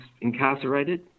incarcerated